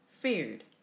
feared